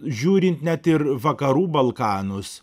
žiūrint net ir vakarų balkanus